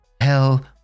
Hell